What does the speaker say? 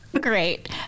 Great